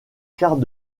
quarts